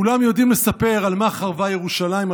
כולם יודעים לספר על מה חרבה ירושלים,